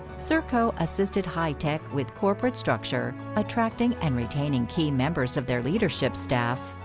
serco assisted heitech with corporate structure, attracting and retaining key members of their leadership staff,